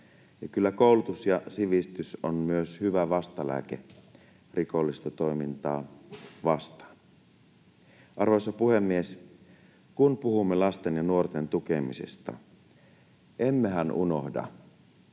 kyllä koulutus ja sivistys on myös hyvä vastalääke rikollista toimintaa vastaan. Arvoisa puhemies! Kun puhumme lasten ja nuorten tukemisesta, emmehän unohda,